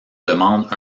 demande